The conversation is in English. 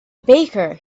baker